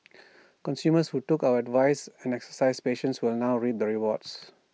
consumers who took our advice and exercised patience will now reap the rewards